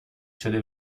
شده